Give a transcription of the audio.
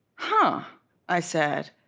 huh i said.